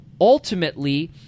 ultimately